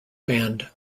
band